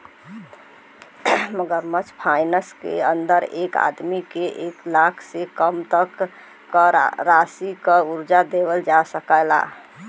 micro finance के अंदर एक आदमी के एक लाख से कम तक क राशि क कर्जा देवल जा सकल जाला